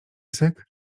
syk